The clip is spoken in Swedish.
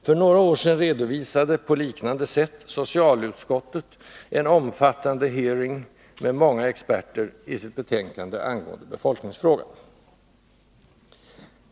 För några år sedan redovisade socialutskottet på liknande sätt en omfattande ”hearing” med många experter i sitt betänkande angående befolkningsfrågan.